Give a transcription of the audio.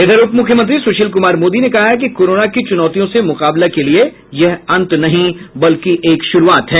इधर उपमुख्यमंत्री सुशील कुमार मोदी ने कहा है कि कोरोना की चुनौतियों से मुकाबला के लिए यह अंत नहीं बल्कि एक शुरूआत है